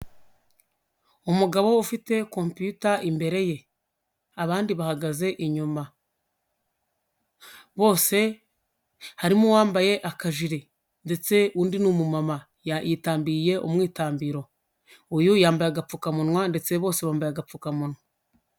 Umugabo ufite compuyuta imbere ye, abandi bahagaze inyuma. Bose, harimo uwambaye akajire ndetse undi ni umumama, yitandiye umwitambiro, uyu yambaye agapfukamunwa ndetse bose bambaye agapfukamunwa.